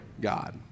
God